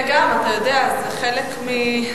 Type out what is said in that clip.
אתה יודע, זה חלק, לרשותך,